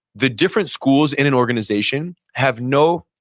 the different schools in an organization have no,